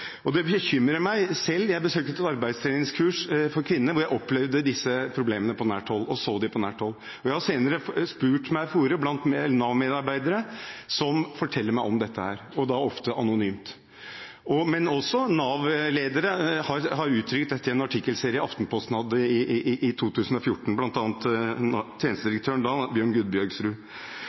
jobbe. Dette bekymrer meg. Jeg besøkte et arbeidstreningskurs for kvinner der jeg opplevde disse problemene på nært hold. Jeg har senere spurt meg for hos Nav-medarbeidere, som forteller meg om dette, og da ofte anonymt. Men også Nav-ledere har uttrykt dette, bl.a. tjenestedirektøren Bjørn Gudbjørgsrud, i en artikkelserie i Aftenposten i 2014.